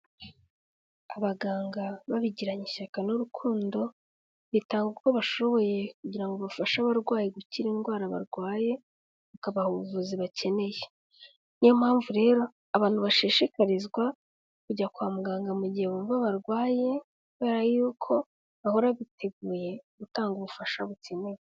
Abaganga babigiranye ishyaka n'urukundo, bitanga uko bashoboye kugira ngo bafashe abarwayi gukira indwara barwaye, bakabaha ubuvuzi bakeneye. Ni yo mpamvu rero abantu bashishikarizwa kujya kwa muganga mu gihe bumva barwaye, kubera yuko bahora biteguye gutanga ubufasha bukenewe.